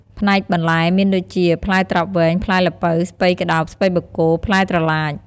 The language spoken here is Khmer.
ផ្នែកបន្លែ មានដូចជា ផ្លែត្រប់វែង ផ្លែល្ពៅ ស្ពៃក្តោប ស្ពៃបូកគោ ផ្លែត្រឡាច។